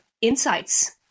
insights